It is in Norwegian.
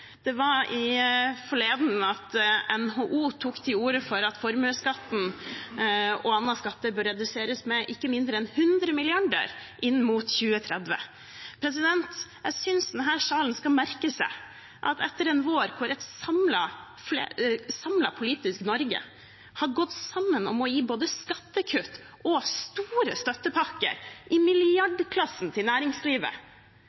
Forleden tok NHO til orde for at formuesskatten og andre skatter bør reduseres med ikke mindre enn 100 mrd. kr inn mot 2030. Jeg synes denne salen skal merke seg at etter en vår hvor et samlet politisk Norge har gått inn for å gi både skattekutt og store skattepakker i